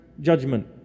judgment